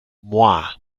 moi